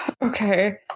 Okay